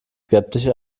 skeptisch